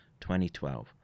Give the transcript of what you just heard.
2012